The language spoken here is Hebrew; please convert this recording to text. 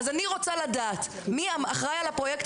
אז אני רוצה לדעת מי אחראי על הפרויקט